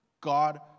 God